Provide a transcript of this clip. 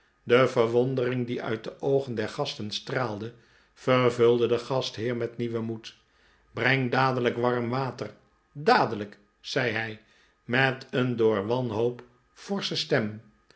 de verwondering die uit de oogen der gasten straalde vervulde den gastheer met nieuwen moed breng dadelijk warm water dadelijk zei hij met een door wanhoop fors che stem